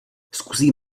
zkusím